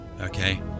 okay